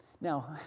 Now